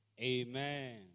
Amen